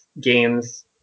games